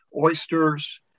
oysters